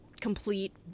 complete